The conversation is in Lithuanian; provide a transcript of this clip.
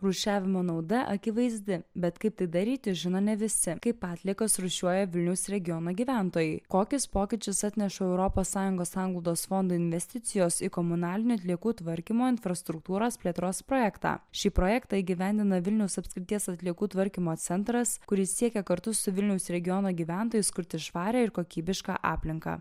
rūšiavimo nauda akivaizdi bet kaip tai daryti žino ne visi kaip atliekas rūšiuoja vilniaus regiono gyventojai kokius pokyčius atneša europos sąjungos sanglaudos fondo investicijos į komunalinių atliekų tvarkymo infrastruktūros plėtros projektą šį projektą įgyvendina vilniaus apskrities atliekų tvarkymo centras kuris siekia kartu su vilniaus regiono gyventojais kurti švarią ir kokybišką aplinką